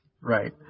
Right